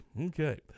Okay